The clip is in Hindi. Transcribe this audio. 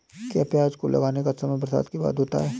क्या प्याज को लगाने का समय बरसात के बाद होता है?